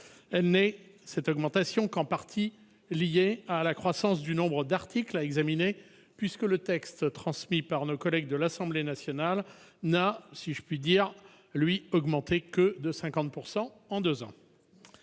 Elle n'est qu'en partie liée à la croissance du nombre d'articles à examiner, puisque le texte transmis par nos collègues de l'Assemblée nationale n'a- si je puis m'exprimer ainsi -augmenté que de 50 % en deux ans.